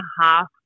half